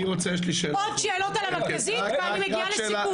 עוד שאלות על המכת"זית ואני מגיעה לסיכום.